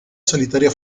solitaria